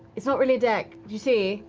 it's not really a deck, you see?